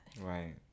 Right